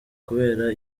kubera